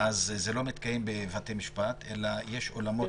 זה לא מתקיים בבתי משפט, אלא יש אולמות